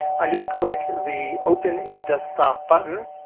i just click the open in desktop button,